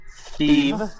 Steve